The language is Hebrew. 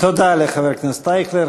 תודה לחבר הכנסת אייכלר.